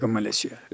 Malaysia